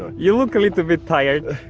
you look a little bit tired.